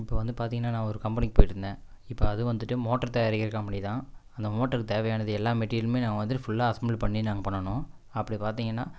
இப்போ வந்து பார்த்தீங்கன்னா நான் ஒரு கம்பெனிக்கு போயிட்டுருந்தேன் இப்போ அதுவும் வந்துட்டு மோட்டர் தயாரிக்கிற கம்பெனி தான் அந்த மோட்டர் தேவையானது எல்லா மெட்டீரியலுமே நான் வந்துட்டு ஃபுல்லா அசெம்பிள் பண்ணி நாங்கள் பண்ணணும் அப்படி பார்த்தீங்கன்னா